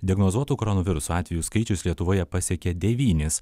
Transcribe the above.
diagnozuotų koronaviruso atvejų skaičius lietuvoje pasiekė devynis